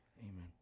amen